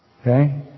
Okay